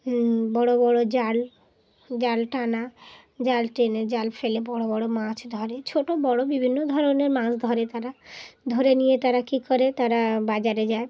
বড়ো বড়ো জাল জাল টানা জাল টেনে জাল ফেলে বড় বড়ো মাছ ধরে ছোটো বড়ো বিভিন্ন ধরনের মাছ ধরে তারা ধরে নিয়ে তারা কী করে তারা বাজারে যায়